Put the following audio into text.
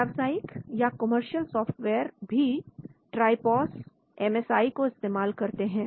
व्यावसायिक या commercial software भी Tripos MSI को इस्तेमाल करते हैं